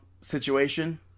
situation